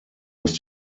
muss